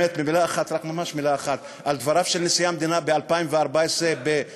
באמת רק ממש מילה אחת על דבריו של נשיא המדינה ב-2014 בכפר-קאסם,